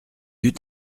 eut